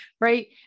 right